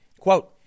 Quote